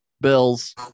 Bills